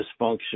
dysfunction